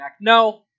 No